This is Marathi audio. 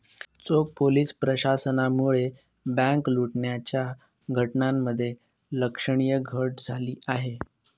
चोख पोलीस प्रशासनामुळे बँक लुटण्याच्या घटनांमध्ये लक्षणीय घट झाली आहे